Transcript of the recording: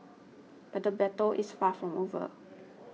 but the battle is far from over